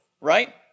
right